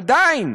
עדיין